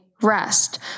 rest